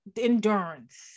endurance